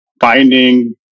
finding